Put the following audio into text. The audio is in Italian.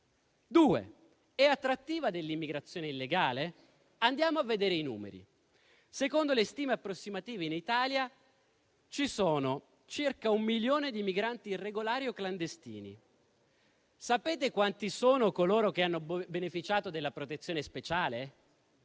è attrattiva dell'immigrazione illegale? Andiamo a vedere i numeri. Secondo le stime approssimative, in Italia ci sono circa un milione di migranti irregolari o clandestini. Sapete quanti sono coloro che hanno beneficiato della protezione speciale?